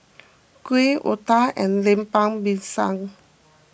Kuih Otah and Lemper Pisang